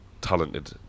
talented